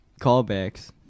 callbacks